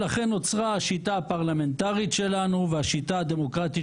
לכן נוצרה השיטה הפרלמנטרית שלנו והשיטה הדמוקרטית